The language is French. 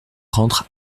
rentre